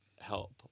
help